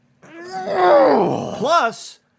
Plus